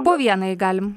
kad po vieną jei galim